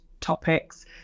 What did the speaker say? topics